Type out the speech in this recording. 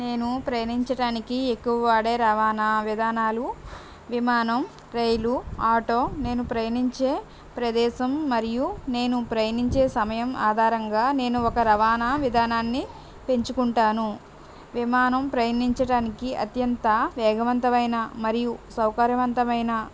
నేను ప్రయాణించడానికి ఎక్కువ వాడే రావాణా విధానాలు విమానం రైలు ఆటో నేను ప్రయణించే ప్రదేశం మరియు నేను ప్రయణించే సమయం ఆధారంగా నేను ఒక రవాణా విధానాన్ని ఎంచుకుంటాను విమానం ప్రయణించడానికి అత్యంత వేగవంతమైన మరియు సౌకర్యవంతమైన